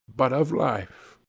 but of life.